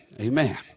Amen